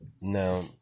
Now